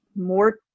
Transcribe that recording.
more